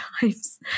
times